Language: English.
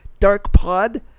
darkpod